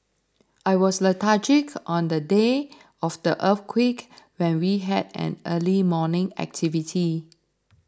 I was lethargic on the day of the earthquake when we had an early morning activity